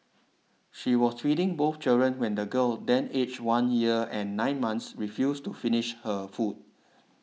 she was feeding both children when the girl then aged one year and nine months refused to finish her food